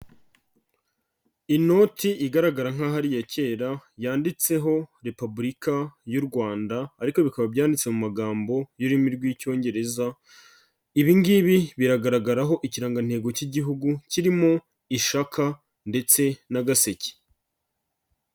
Inoti igaragara nkaho ari iya kera yanditseho Repubulika y'u Rwanda ariko bikaba byanditse mu magambo y'ururimi rw'Icyongereza, ibi ngibi biragaragaraho ikirangantego cy'Igihugu kirimo ishakaka ndetse n'agaseke.